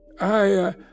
I